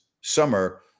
summer